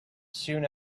soon